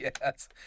Yes